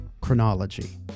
chronology